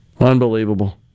Unbelievable